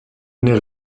n’est